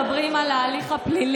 תני לה לנאום על הצעת החוק שהיא מגישה.